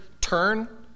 Turn